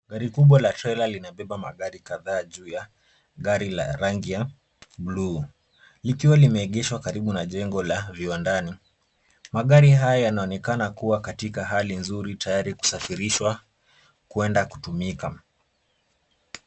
Gari kubwa la trela limebeba magari kadhaa juu ya gari la rangi ya buluu, likiwa limeegeshwa karibu na jengo la viwandani. Magari haya yanaonekana kuwa katika hali nzuri tayari kusafirishwa kwenda kutumika.